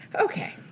Okay